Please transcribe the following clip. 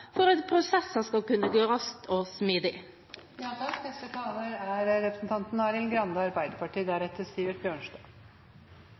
for at prosesser skal kunne gå raskt og